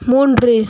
மூன்று